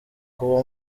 kuba